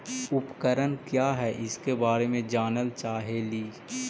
उपकरण क्या है इसके बारे मे जानल चाहेली?